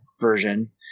version